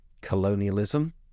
colonialism